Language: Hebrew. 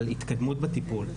על התקדמות בטיפול.